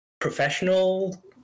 professional